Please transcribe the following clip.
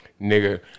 Nigga